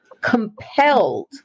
compelled